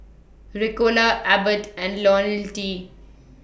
Ricola Abbott and Ionil T